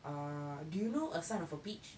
uh do you know asonofapeach